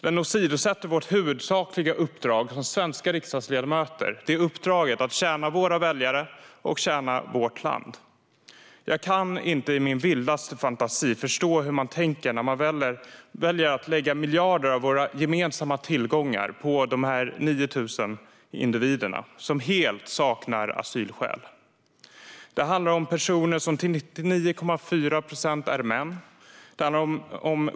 Det åsidosätter vårt huvudsakliga uppdrag som svenska riksdagsledamöter, att tjäna våra väljare och vårt land. Jag kan inte i min vildaste fantasi förstå hur man tänker när man väljer att lägga miljarder av våra gemensamma tillgångar på de 9 000 individer som helt saknar asylskäl. Det handlar om personer som till 99,4 procent är män.